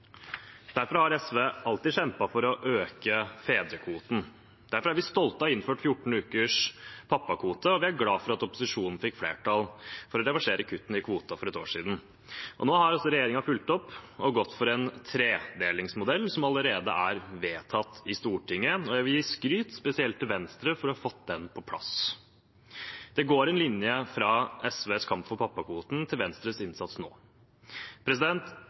Derfor har SV alltid kjempet for å øke fedrekvoten. Derfor er vi stolte av å ha innført 14 ukers pappakvote, og vi er glade for at opposisjonen fikk flertall for å reversere kuttene i kvoten for ett år siden. Nå har også regjeringen fulgt opp og gått for en tredelingsmodell, som allerede er vedtatt i Stortinget, og jeg vil spesielt gi skryt til Venstre for å ha fått den på plass. Det går en linje fra SVs kamp for pappakvoten til Venstres innsats nå.